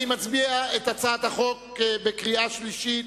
אני מצביע את הצעת החוק בקריאה שלישית.